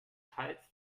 pfalz